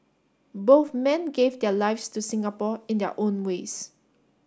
both men gave their lives to Singapore in their own ways